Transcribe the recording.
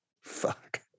Fuck